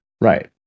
right